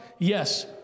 Yes